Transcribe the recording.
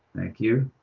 thank you.